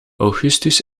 augustus